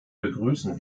begrüßen